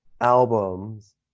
albums